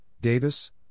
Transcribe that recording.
Davis